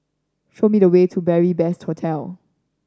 show me the way to Beary Best Hostel